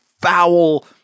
foul